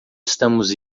estamos